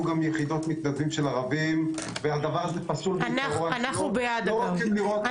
גם יחידות מתנדבים של ערבים והדבר הזה פסול --- אנחנו בעד אגב,